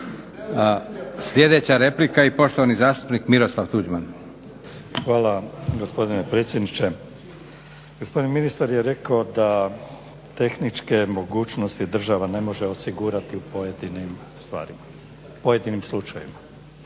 Sljedeća replika i poštovani zastupnik Miroslav Tuđman. **Tuđman, Miroslav (HDZ)** Hvala lijepo gospodine predsjedniče. Gospodin ministar je rekao da tehničke mogućnosti država ne može osigurati u pojedinim slučajevima i